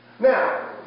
Now